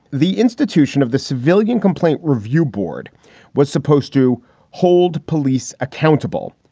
the institution of the civilian complaint review board was supposed to hold police accountable.